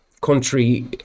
country